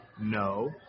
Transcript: No